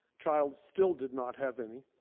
child still did not have any.